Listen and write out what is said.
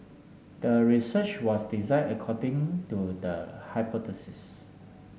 the research was design according to the hypothesis